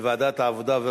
לדיון מוקדם בוועדת העבודה,